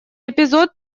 эпизод